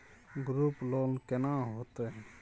Group loan केना होतै?